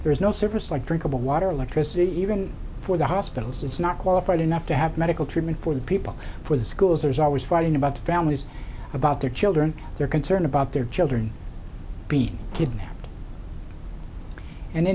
there's no surface like drink of water or electricity even for the hospitals it's not qualified enough to have medical treatment for the people for the schools there's always fighting about the families about their children they're concerned about their children being kidnapped and the